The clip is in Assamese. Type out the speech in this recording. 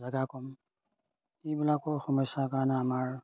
জেগা কম এইবিলাকৰ সমস্যাৰ কাৰণে আমাৰ